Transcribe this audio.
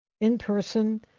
in-person